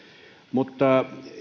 mutta